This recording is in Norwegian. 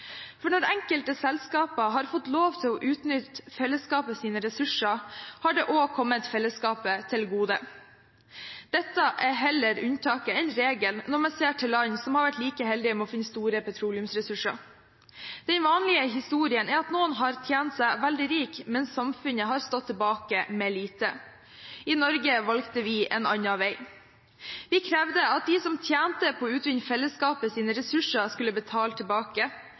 for når enkelte selskaper har fått lov til å utnytte fellesskapets ressurser, har det også kommet fellesskapet til gode. Dette er heller unntaket enn regelen når man ser til land som har vært like heldige med å finne store petroleumsressurser. Den vanlige historien er at noen har tjent seg veldig rike, mens samfunnet har stått tilbake med lite. I Norge valgte vi en annen vei. Vi krevde at de som tjente på å utvinne fellesskapets ressurser, skulle betale tilbake.